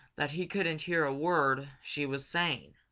that he couldn't hear a word she was saying.